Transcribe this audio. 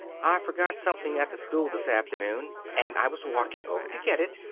i forgot something at the school this afternoon, and i was walking over to get it.